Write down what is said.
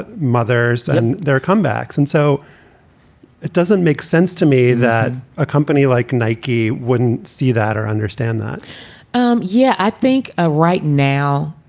but mothers and their comebacks. and so it doesn't make sense to me that a company like nike wouldn't see that or understand that um yeah, i think ah right now